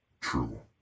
True